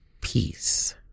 Peace